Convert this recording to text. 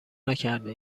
نکرده